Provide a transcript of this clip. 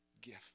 gift